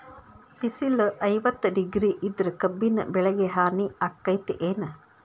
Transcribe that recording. ಬಿಸಿಲ ಐವತ್ತ ಡಿಗ್ರಿ ಇದ್ರ ಕಬ್ಬಿನ ಬೆಳಿಗೆ ಹಾನಿ ಆಕೆತ್ತಿ ಏನ್?